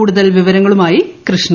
കൂടുതൽ വിവരങ്ങളുമായി കൃഷ്ണ